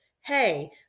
Hey